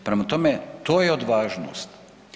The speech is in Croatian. Prema tome, to je odvažnost.